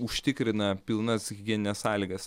užtikrina pilnas higienines sąlygas